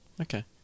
Okay